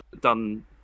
done